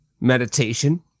meditation